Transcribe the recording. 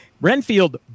Renfield